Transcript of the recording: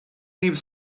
leave